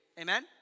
Amen